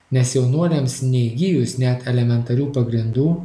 nes jaunuoliams neįgijus net elementarių pagrindų